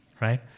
right